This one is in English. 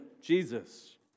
Jesus